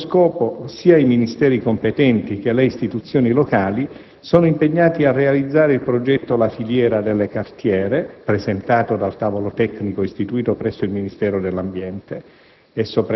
A questo scopo, sia i Ministeri competenti che le istituzioni locali sono impegnati a realizzare il progetto «La filiera delle cartiere», presentato dal tavolo tecnico istituito presso il Ministero dell'ambiente.